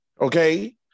okay